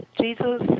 Jesus